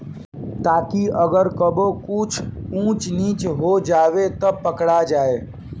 ताकि अगर कबो कुछ ऊच नीच हो जाव त पकड़ा जाए